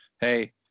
hey